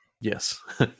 Yes